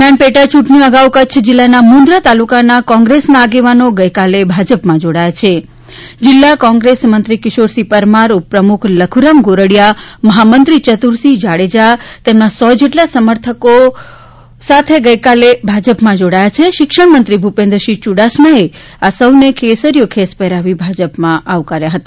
દરમિયાન પેટા યૂંટણીઓ અગાઉ કચ્છ જિલ્લાનાં મુદ્રા તાલુકાના કોંગ્રેસના આગેવાનો ગઇકાલે ભાજપમાં જોડાયા છે જિલ્લા કોંગ્રેસ મંત્રી કિશોરસિંહ પરમાર ઉપપ્રમુખ લખુરામ ગોરડીયા મહામંત્રી યતુરસિંહ જાડેજા તેમના સૌ જેટલા સમર્થકોને ગઇકાલે શિક્ષણમંત્રી ભૂપેન્દ્રસિંહ યુડાસમાએ કેસરીયો ખેસ પહેરાવી ભાજપમાં આવકાર્યા હતા